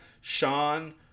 Sean